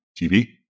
TV